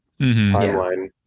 timeline